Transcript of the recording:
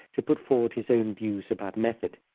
to put forward his own views about method,